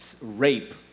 rape